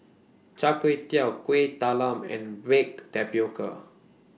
Char Kway Teow Kuih Talam and Baked Tapioca